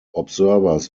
observers